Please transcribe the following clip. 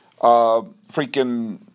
freaking